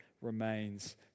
remains